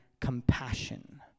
compassion